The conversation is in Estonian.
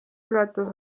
ületas